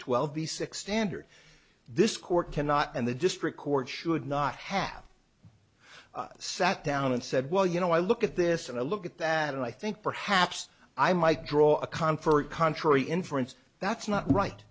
twelve the six standard this court cannot and the district court should not have sat down and said well you know i look at this and i look at that and i think perhaps i might draw a conferee contrary inference that's not right